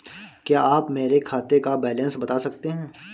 क्या आप मेरे खाते का बैलेंस बता सकते हैं?